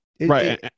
Right